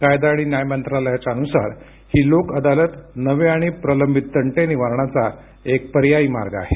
कायदा आणि न्याय मंत्रालयाच्या अनुसार ही लोक अदालत नवे आणि प्रलंबित तंटे निवारणाचा एक पर्यायी मार्ग आहे